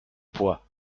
poids